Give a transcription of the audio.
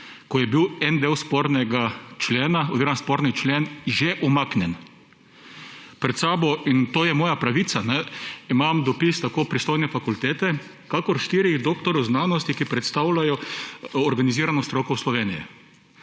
ki ga je dala takrat, ko je bil sporni člen že umaknjen. Pred sabo, in to je moja pravica, imam dopis tako pristojne fakultete kakor štirih doktorjev znanosti, ki predstavljajo organizirano stroko v Sloveniji.